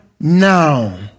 now